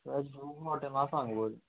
वॅ खूब हॉटेलां आसा हांगोर